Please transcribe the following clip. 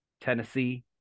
Tennessee